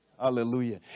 Hallelujah